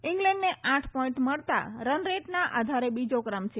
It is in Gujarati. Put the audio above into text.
ઈંગ્લેન્ડને આઠ પોઈન્ટ મળતાં રનરેટના આધારે બીજો ક્રમ છે